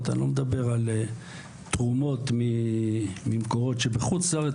אני לא מדבר על תרומות ממקורות שמחוץ לארץ,